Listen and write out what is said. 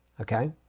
Okay